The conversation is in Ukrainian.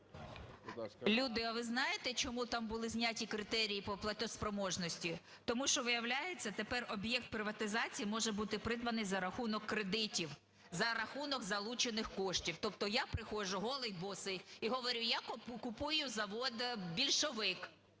Люди, а ви знаєте чому там були зняті критерії по платоспроможності? Тому що, виявляється, тепер об'єкт приватизації може бути придбаний за рахунок кредитів, за рахунок залучених коштів. Тобто, я прихожу голий, босий і говорю: "Я купую завод "Більшовик".